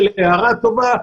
הערה טובה,